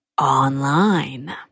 online